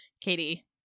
Katie